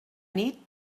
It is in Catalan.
nit